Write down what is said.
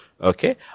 Okay